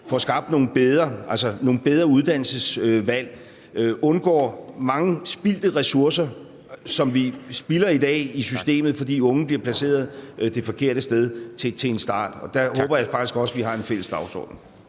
får skabt nogle bedre uddannelsesvalg, undgår mange spildte ressourcer, som vi spilder i dag i systemet, fordi unge bliver placeret det forkerte sted til en start. Der håber jeg faktisk også vi har en fælles dagsorden.